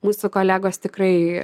mūsų kolegos tikrai